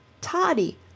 Toddy